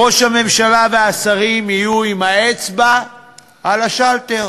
ראש הממשלה והשרים יהיו עם האצבע על השלטר.